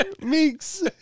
meeks